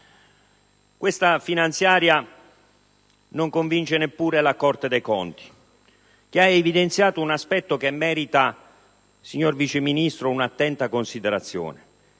Questa finanziaria non convince neppure la Corte dei conti, che ha evidenziato un aspetto meritevole, signor Vice Ministro, di un'attenta considerazione,